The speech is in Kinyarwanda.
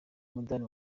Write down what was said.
umudari